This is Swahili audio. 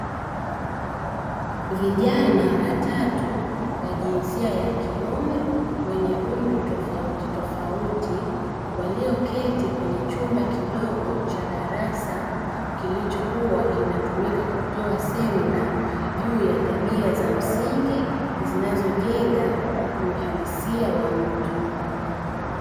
Vijana watatu wa jinsia ya kiume wenye umri tofauti walioketi kwenye chumba kidogo cha darasa kilichokuwa kinatumika kutoa semina juu ya tabia za msingi zinazojenga uhalisia wa mtu.